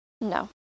no